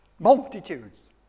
multitudes